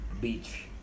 beach